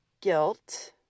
guilt